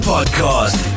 Podcast